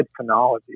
phenology